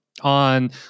on